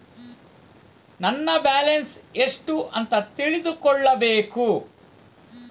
ನನ್ನ ಬ್ಯಾಲೆನ್ಸ್ ಎಷ್ಟು ಅಂತ ತಿಳಿದುಕೊಳ್ಳಬೇಕು?